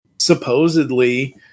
supposedly